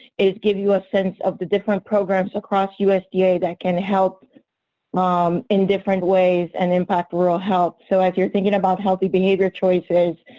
is give you a sense of the different programs across usda that can help um in different ways and impact rural health. so as you're thinking about healthy behavior choices,